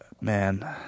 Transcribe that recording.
Man